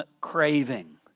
craving